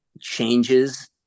changes